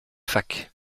fac